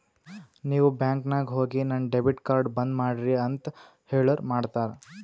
ನೀವ್ ಬ್ಯಾಂಕ್ ನಾಗ್ ಹೋಗಿ ನನ್ ಡೆಬಿಟ್ ಕಾರ್ಡ್ ಬಂದ್ ಮಾಡ್ರಿ ಅಂತ್ ಹೇಳುರ್ ಮಾಡ್ತಾರ